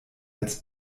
als